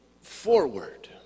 forward